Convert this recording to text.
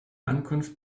ankunft